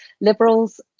liberals